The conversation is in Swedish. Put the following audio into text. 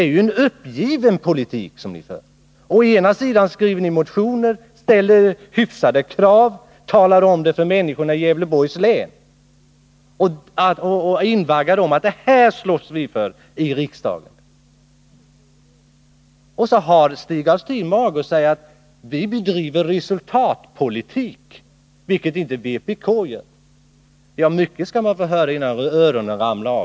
Nej, det är en uppgiven politik som ni för. Ni skriver motioner, ställer hyfsade krav, talar om för människorna i Gävleborgs län vilka dessa krav är och invaggar dem i tron att ni slåss för dem här i riksdagen. Sedan har Stig Alftin mage att säga att man driver resultatpolitik, vilket inte vpk skulle göra. Ja, mycket skall man få höra innan öronen ramlar av.